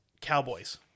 cowboys